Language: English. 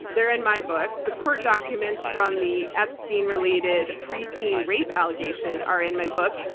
they're in my book. the court documents from the epstein-related preteen rape allegation are in my book.